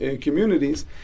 communities